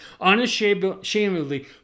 unashamedly